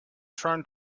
trying